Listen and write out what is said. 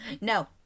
No